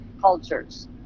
cultures